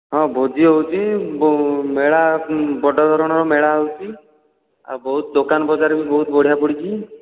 ହଁ ଭୋଜି ହେଉଛି ମେଳା ବଡ ଧରଣର ମେଳା ହେଉଛି ଆଉ ବହୁତ ଦୋକାନ ବଜାର ବି ବହୁତ ବଢ଼ିଆ ପଡ଼ିଛି